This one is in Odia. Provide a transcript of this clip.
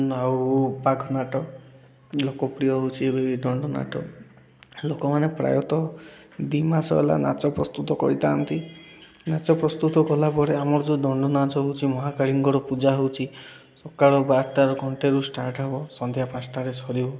ଆଉ ବାଘନାଟ ଲୋକପ୍ରିୟ ହେଉଛି ଏବେ ଦଣ୍ଡନାଟ ଲୋକମାନେ ପ୍ରାୟତଃ ଦୁଇ ମାସ ହେଲା ନାଚ ପ୍ରସ୍ତୁତ କରିଥାନ୍ତି ନାଚ ପ୍ରସ୍ତୁତ କଲା ପରେ ଆମର ଯେଉଁ ଦଣ୍ଡ ନାଚ ହେଉଛି ମହାକାଳୀଙ୍କର ପୂଜା ହେଉଛି ସକାଳ ବାରଟାରୁ ଘଣ୍ଟେରୁ ଷ୍ଟାର୍ଟ ହବ ସନ୍ଧ୍ୟା ପାଞ୍ଚଟାରେ ସରିବ